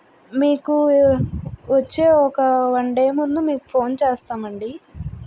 మీకు వచ్చే ఒక వన్ డే ముందు మీకు ఫోన్ చేస్తామండి